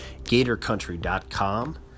GatorCountry.com